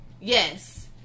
Yes